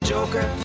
Joker